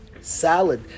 Salad